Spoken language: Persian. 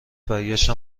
برگشتم